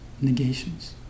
negations